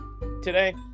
today